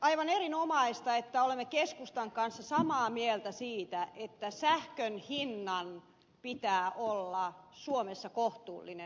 aivan erinomaista että olemme keskustan kanssa samaa mieltä siitä että sähkönhinnan pitää olla suomessa kohtuullinen